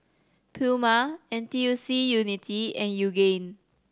Puma N T U C Unity and Yoogane